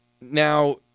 Now